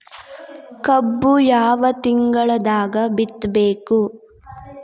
ಕಬ್ಬು ಯಾವ ತಿಂಗಳದಾಗ ಬಿತ್ತಬೇಕು?